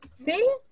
See